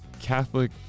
Catholic